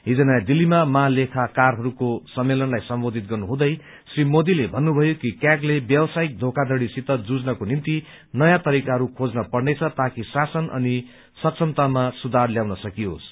हिज नियाँ दिल्लीमा महालेखाकारहरूको सम्मेलनलाई सम्बोधित गर्नुहुँदै श्री मोदीले भत्रुमयो कि क्यागले व्यवसायिक धोखाधड़ीसित जुझनको निम्ति नयाँ तरिकाहरू खोज्न पर्नेछ ताकि शासन अनि सक्षमतामा सुधार ल्याउन सकियोस्